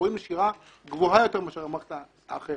רואים נשירה גבוהה יותר מאשר במערכת האחרת.